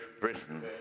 Britain